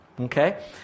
Okay